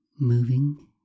moving